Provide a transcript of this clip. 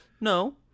no